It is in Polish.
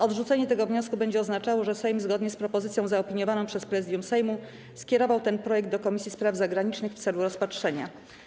Odrzucenie tego wniosku będzie oznaczało, że Sejm, zgodnie z propozycją zaopiniowaną przez Prezydium Sejmu, skierował ten projekt do Komisji Spraw Zagranicznych w celu rozpatrzenia.